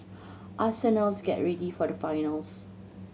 arsenals get ready for the finals